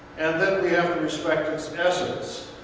and then we have to respect its essence.